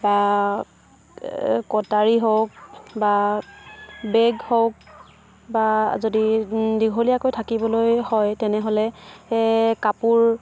বা কটাৰী হওক বা বেগ হওক বা যদি দীঘলীয়াকৈ থাকিবলৈ হয় তেনেহ'লে কাপোৰ